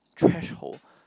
threshold